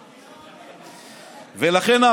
ולכן,